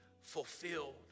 fulfilled